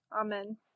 Amen